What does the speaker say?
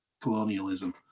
colonialism